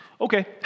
Okay